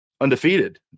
undefeated